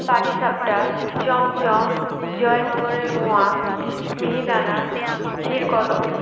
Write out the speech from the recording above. পাটিসাপটা চমচম জয়নগরের মোয়া মিহিদানা ক্ষীরকদম